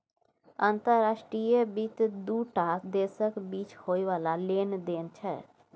अंतर्राष्ट्रीय वित्त दू टा देशक बीच होइ बला लेन देन छै